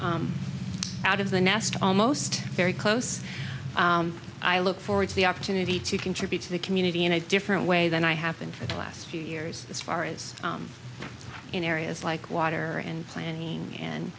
out of the nest almost very close i look forward to the opportunity to contribute to the community in a different way than i happen for the last few years as far is in areas like water and planning